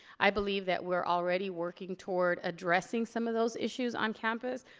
i believe that we're already working toward addressing some of those issues on campus.